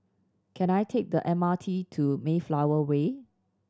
can I take the M R T to Mayflower Way